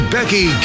Becky